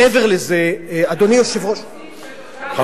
מעבר לזה, אדוני היושב-ראש, למה